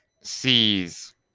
sees